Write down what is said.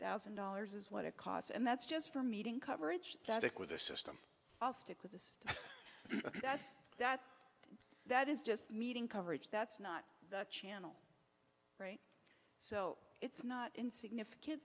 thousand dollars is what it costs and that's just for meeting coverage that's where the system i'll stick with this that's that that is just meeting coverage that's not the channel right so it's not insignificant